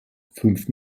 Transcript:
fünf